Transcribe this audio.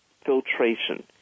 filtration